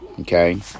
Okay